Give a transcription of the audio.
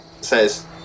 says